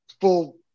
full